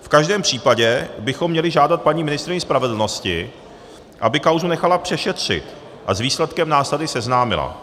V každém případě bychom měli žádat paní ministryni spravedlnosti, aby kauzu nechala přešetřit a s výsledkem nás tady seznámila.